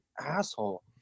asshole